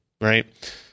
right